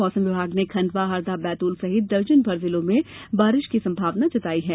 मौसम विभाग ने खण्डवा हरदा बैतूल सहित दर्जन भर जिलों में बारिश की संभावना व्यक्त की है